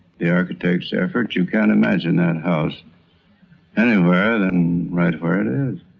the architect's effort, you can't imagine that house anywhere than right where it is.